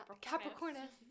Capricornus